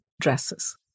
dresses